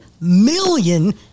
million